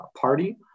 party